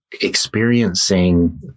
experiencing